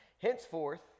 Henceforth